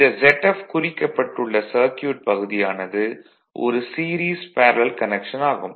இந்த Zf குறிக்கப்பட்டு உள்ள சர்க்யூட் பகுதி ஆனது ஒரு சீரிஸ் பேரலல் கனெக்ஷன் ஆகும்